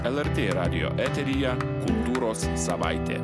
lrt radijo eteryje kultūros savaitė